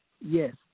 yes